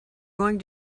going